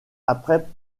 après